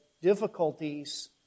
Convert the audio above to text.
difficulties